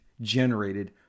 generated